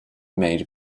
made